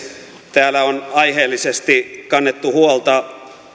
täällä on aiheellisesti kannettu huolta